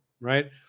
right